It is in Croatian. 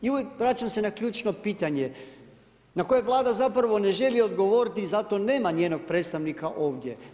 I uvijek vraćam se na ključno pitanje na koje Vlada zapravo ne želi odgovoriti i zato nema njenog predstavnika ovdje.